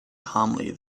calmly